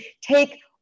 take